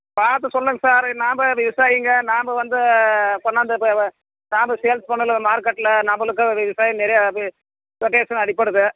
பார்த்து சொல்லுங்கள் சார் நாம் விவசாயிங்கள் நாம் வந்து கொண்டாந்து நானும் சேல்ஸ் பண்ணும்லே மார்க்கெட்டில் நம்மளுக்கும் விவசாயி நிறையாவே ரொட்டேசன் அடிப்படுது